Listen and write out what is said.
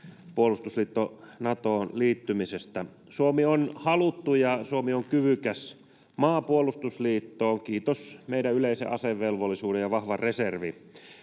puolustusliitto Natoon liittymiseksi. Suomi on haluttu ja Suomi on kyvykäs maanpuolustusliittoon — kiitos meidän yleisen asevelvollisuuden ja vahvan reservin.